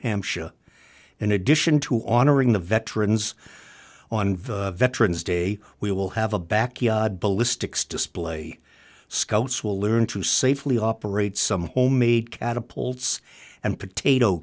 hampshire in addition to honoring the veterans on veterans day we will have a backyard ballistics display scouts will learn to safely operate some homemade catapults and potato